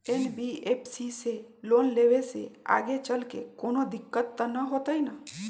NBFC से loan लेबे से आगेचलके कौनो दिक्कत त न होतई न?